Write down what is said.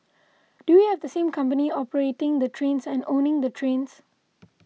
do we have the same company operating the trains and owning the trains